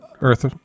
Earth